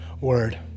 word